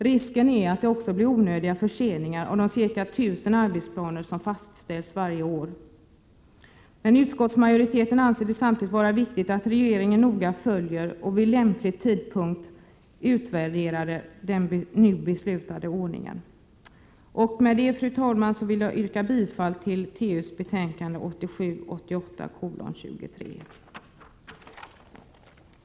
Risken är också att det blir onödiga förseningar av de ca 1 000 arbetsplaner som fastställs varje år. Utskottsmajoriteten anser samtidigt att det är viktigt att regeringen noga följer och vid lämplig tidpunkt utvärderar den nu beslutade ordningen. — Prot. 1987 88:23. ad .